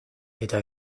eta